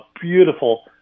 beautiful